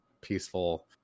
peaceful